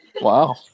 Wow